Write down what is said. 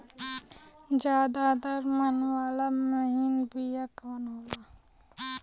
ज्यादा दर मन वाला महीन बिया कवन होला?